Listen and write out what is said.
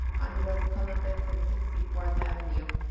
on west columbus and sixty fourth avenue.